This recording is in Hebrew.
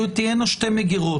תהיינה שתי מגירות.